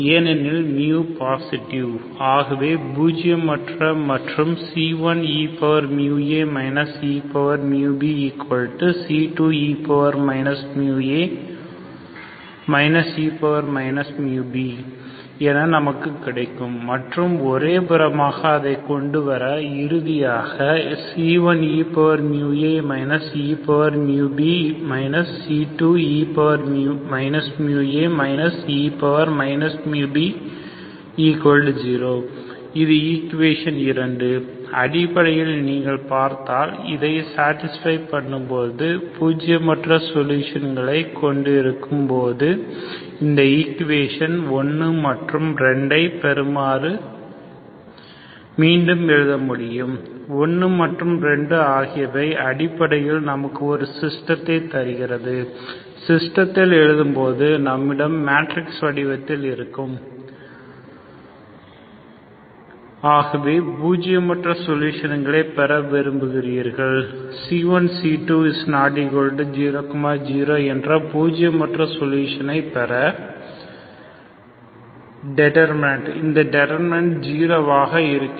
ஏனெனில் μ பாசிட்டிவ் ஆகவே பூஜ்ஜிய மற்ற மற்றும்c1eμa eμbc2e μa e μb என நமக்கு கிடைக்கும் மற்றும் ஒரே புறமாக அதை கொண்டுவர இறுதியாக c1eμa eμb c2e μa e μb0 இது ஈக்குவேஷசன் இரண்டு அடிப்படையில் நீங்கள் பார்த்தால் அதை சப்ஸ்டிட்யூட் பண்ணும்போது பூஜியமற்ற சொல்யூஷன்களை கொண்டு இருக்கும் போது இந்த ஈக்குவேஷசன் 1 மற்றும் 2 ஐ பெறுமாறு மீண்டும் எழுத முடியும் 1 மற்றும் 2 ஆகியவை அடிப்படையில் நமக்கு ஒரு சிஸ்டத்தை தருகிறது சிஸ்டத்தில் எழுதும்போது நம்மிடம் மேட்ரிக்ஸ் வடிவத்தில் இருக்கும் eμa eμb e μa e μb eμa eμb e μa e μb c1 c2 0 0 இங்கே பூஜ்ஜியமற்ற சொலுஷனை பெற விரும்புகிறீர்கள்c1 c2 0 0 என்ற பூஜியமற்ற சொல்யூஷன் ஐ பெற eμa eμb e μa e μb eμa eμb e μa e μb 0 இந்த டிடர்மினன்ட் 0 ஆக வேண்டும்